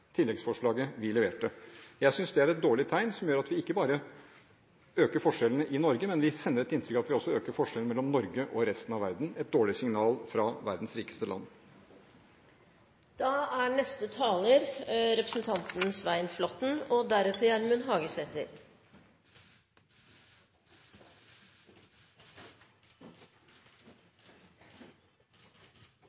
tilleggsforslaget vi leverte. Jeg synes det er et dårlig tegn, som gjør at vi ikke bare øker forskjellene i Norge, men vi sender et inntrykk av at vi også øker forskjellene mellom Norge og resten av verden – et dårlig signal fra verdens rikeste land.